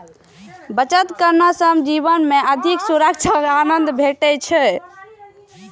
बचत करने सं जीवन मे अधिक सुरक्षाक आनंद भेटै छै